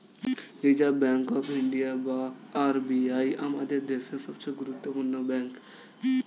reserve bank of India বা RBI আমাদের দেশের সবচেয়ে গুরুত্বপূর্ণ ব্যাঙ্ক